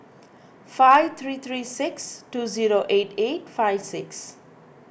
five three three six two zero eight eight five six